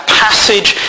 passage